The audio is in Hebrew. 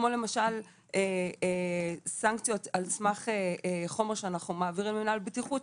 כמו למשל סנקציות על סמך חומר שאנחנו מעבירים למנהל הבטיחות,